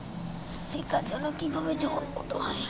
শিক্ষার জন্য কি ভাবে ঋণ পেতে পারি?